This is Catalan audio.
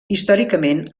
històricament